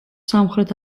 სამხრეთ